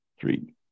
three